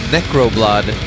Necroblood